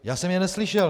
Já jsem je neslyšel.